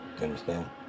understand